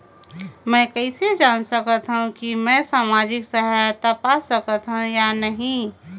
मै कइसे जान सकथव कि मैं समाजिक सहायता पा सकथव या नहीं?